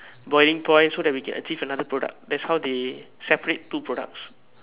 boiling point so that we can achieve another product that's how they separate two products